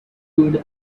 good